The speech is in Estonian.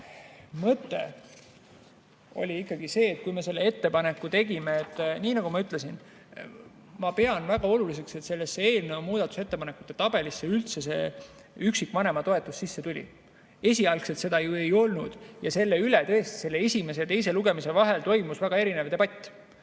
mõte oli ikkagi see, kui me selle ettepaneku tegime, et nii nagu ma ütlesin, ma pean väga oluliseks, et eelnõu muudatusettepanekute tabelisse üldse see üksikvanema toetus sisse tuli. Esialgselt seda ju ei olnud ja selle üle tõesti esimese ja teise lugemise vahel toimus debatt.